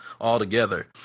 altogether